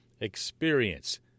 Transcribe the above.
experience